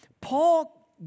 Paul